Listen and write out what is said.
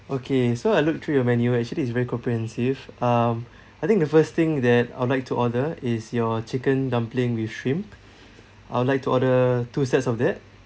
okay so I look through your menu actually it's very comprehensive um I think the first thing that I'd like to order is your chicken dumpling with shrimp I would like to order two sets of that